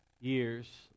years